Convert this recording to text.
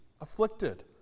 afflicted